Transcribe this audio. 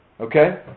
Okay